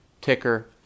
ticker